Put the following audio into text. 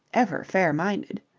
ever fair-minded.